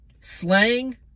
slang